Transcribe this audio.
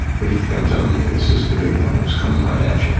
what do you think i'm telling you? this is the big one, and it's coming right at you.